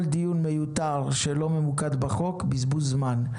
כל דיון מיותר שלא ממוקד בחוק הוא בזבוז זמן.